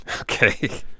Okay